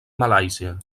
malàisia